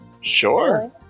Sure